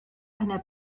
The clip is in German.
einer